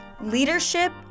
Leadership